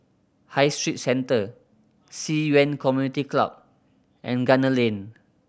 High Street Centre Ci Yuan Community Club and Gunner Lane